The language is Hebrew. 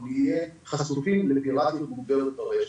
אנחנו נהיה חשופים לפירטיות מוגברת ברשת,